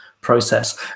process